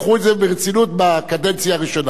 בקדנציה שבאה אחרי זה,